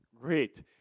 Great